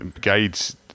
guides